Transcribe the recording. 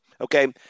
Okay